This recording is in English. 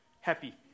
happy